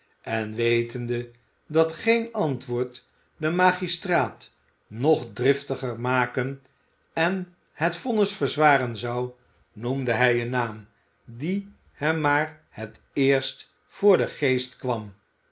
en wetende dat geen antwoord den magistraat nog driftiger maken en het vonnis verzwaren zou noemde hij een naam die hem maar het eerst voor den geest kwam